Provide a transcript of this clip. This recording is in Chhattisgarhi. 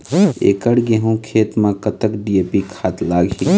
एकड़ गेहूं खेत म कतक डी.ए.पी खाद लाग ही?